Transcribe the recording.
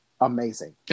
amazing